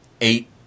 eight